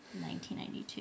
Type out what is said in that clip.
1992